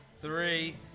three